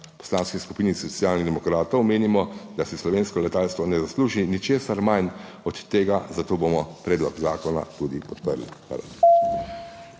Poslanski skupini Socialnih demokratov menimo, da si slovensko letalstvo ne zasluži ničesar manj od tega, zato bomo predlog zakona tudi podprli.